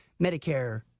Medicare